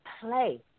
play